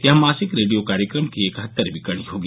यह मासिक रेडियो कार्यक्रम की इकहत्तरवीं कड़ी होगी